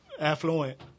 affluent